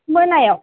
मेलायाव